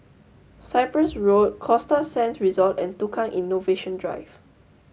Cyprus Road Costa Sands Resort and Tukang Innovation Drive